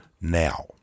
now